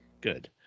Good